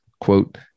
quote